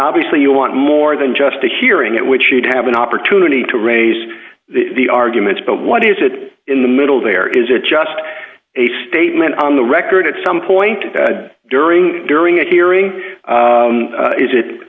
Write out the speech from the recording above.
obviously you want more than just a hearing in which you'd have an opportunity to raise the arguments but what is it in the middle there is a just a statement on the record at some point during during a hearing